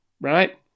right